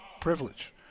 privilege